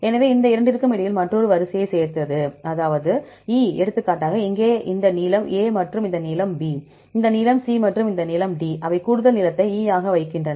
எனவே இந்த இரண்டிற்கும் இடையில் மற்றொரு வரியைச் சேர்த்தது அதாவது E எடுத்துக்காட்டாக இங்கே இந்த நீளம் A மற்றும் இந்த நீளம் B இந்த நீளம் C மற்றும் இந்த நீளம் D மற்றும் அவை கூடுதல் நீளத்தை E ஆக வைக்கின்றன